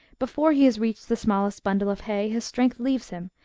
before he has reached the smallest bundle of hay his strength leaves him,